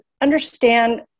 understand